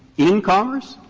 in commerce,